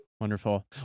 Wonderful